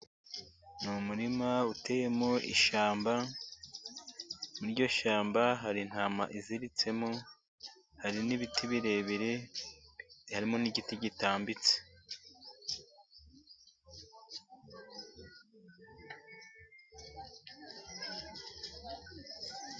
Ni umurima uteyemo ishyamba, muryo shyamba hari intama iziritsemo, hari n'ibiti birebire, harimo n'igiti gitambitse.